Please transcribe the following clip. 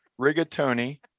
rigatoni